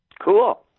Cool